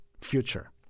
future